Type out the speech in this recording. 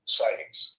sightings